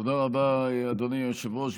תודה רבה, אדוני היושב-ראש.